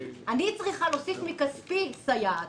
אני צריכה להוסיף מכספי סייעת.